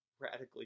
radically